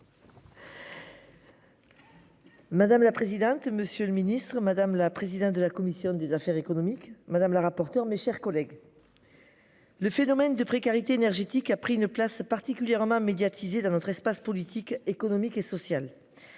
Madame la présidente. Monsieur le Ministre, madame la présidente de la commission des affaires économiques. Madame la rapporteure, mes chers collègues. Le phénomène de précarité énergétique a pris une place particulièrement médiatisée dans notre espace politique, économique et sociale.